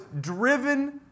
driven